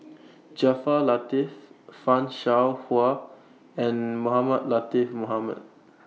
Jaafar Latiff fan Shao Hua and Mohamed Latiff Mohamed